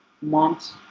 months